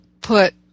put